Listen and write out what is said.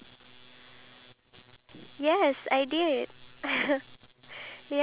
ya easier for me anything that is easy for me then I want it